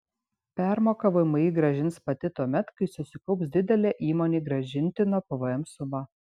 permoką vmi grąžins pati tuomet kai susikaups didelė įmonei grąžintino pvm suma